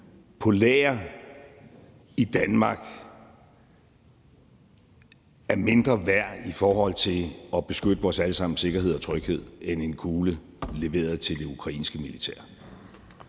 lager i Danmark er mindre værd i forhold til at beskytte vores alle sammens sikkerhed og tryghed end en kugle leveret til det ukrainske militær.